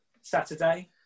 Saturday